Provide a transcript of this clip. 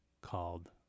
called